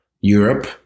Europe